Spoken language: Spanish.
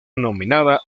nominada